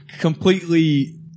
Completely